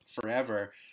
forever